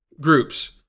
groups